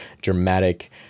dramatic